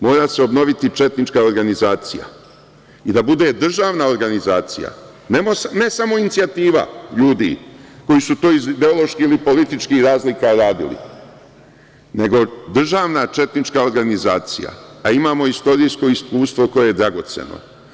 Mora se obnoviti četnička organizacija i da bude državna organizacija, a ne samo inicijativa ljudi koji su to iz ideoloških ili političkih razlika radili, nego državna četnička organizacija, a imamo istorijsko iskustvo koje je dragoceno.